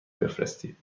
بفرستید